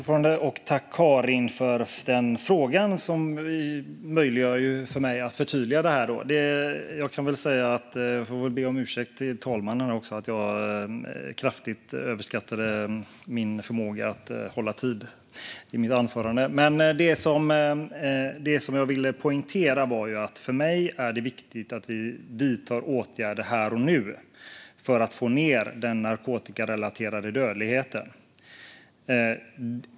Fru talman! Tack, Karin Rågsjö, för den frågan! Det möjliggör för mig att förtydliga. Jag får också be om ursäkt till fru talmannen för att jag kraftigt överskattade min förmåga att hålla min talartid i mitt anförande. Det som jag ville poängtera var att det för mig är viktigt vi vidtar åtgärder här och nu för att få ned den narkotikarelaterade dödligheten.